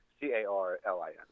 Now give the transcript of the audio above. C-A-R-L-I-N